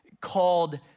called